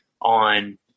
on